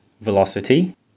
Velocity